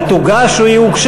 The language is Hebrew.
היא תוגש או היא הוגשה?